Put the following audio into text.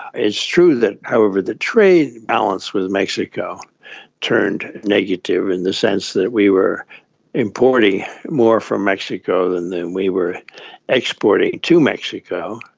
it's true that however the trade balance with mexico turned negative in the sense that we were importing more from mexico than we were exporting to mexico.